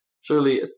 Surely